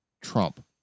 Trump